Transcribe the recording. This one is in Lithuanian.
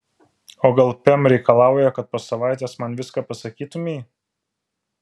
o gal pem reikalauja kad po savaitės man viską pasakytumei